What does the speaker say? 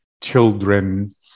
children